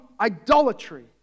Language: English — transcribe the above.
idolatry